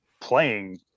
playing